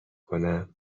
کنم